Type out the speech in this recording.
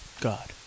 God